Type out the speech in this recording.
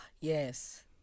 Yes